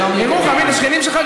שלום לירוחם.